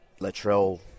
Latrell